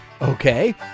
Okay